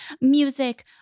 music